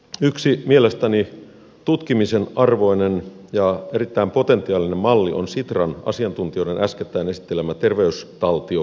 yksi mielestäni tutkimisen arvoinen ja erittäin potentiaalinen malli on sitran asiantuntijoiden äskettäin esittelemä terveystaltio pohjainen ratkaisu